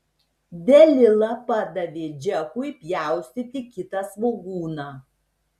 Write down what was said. delila padavė džekui pjaustyti kitą svogūną